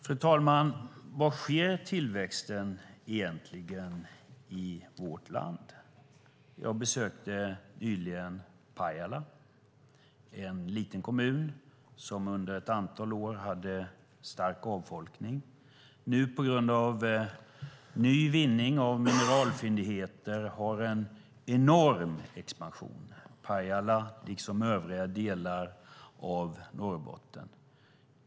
Fru talman! Var sker tillväxten egentligen i vårt land? Jag besökte nyligen Pajala. Det är en liten kommun som under ett antal år hade stark avfolkning. Nu - på grund av ny utvinning av mineralfyndigheter - har Pajala liksom övriga delar av Norrbotten en enorm expansion.